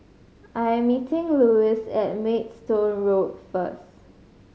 I'm meeting Luis at Maidstone Road first